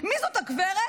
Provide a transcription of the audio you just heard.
מי זאת הגברת